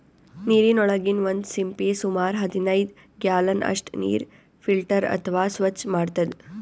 ನೀರಿನೊಳಗಿನ್ ಒಂದ್ ಸಿಂಪಿ ಸುಮಾರ್ ಹದನೈದ್ ಗ್ಯಾಲನ್ ಅಷ್ಟ್ ನೀರ್ ಫಿಲ್ಟರ್ ಅಥವಾ ಸ್ವಚ್ಚ್ ಮಾಡ್ತದ್